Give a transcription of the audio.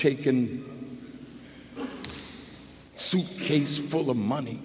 taken a suitcase full of money